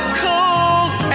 cold